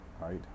right